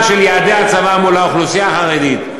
של יעדי הצבא מול האוכלוסייה החרדית.